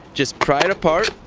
just pry it apart.